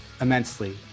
immensely